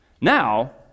Now